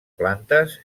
plantes